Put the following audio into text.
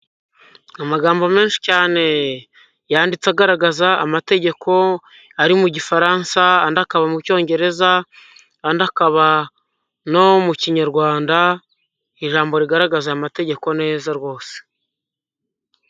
Amagambo menshi cyane yanditse agaragaza amategeko ari mu gifaransa andi akaba mu cyongereza andi akaba no mu kinyarwanda, ijambo rigaragaza aya mategeko neza rwose.